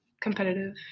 competitive